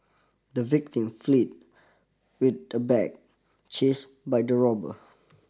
the victim fleed with the bag chased by the robbers